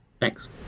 Thanks